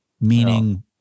meaning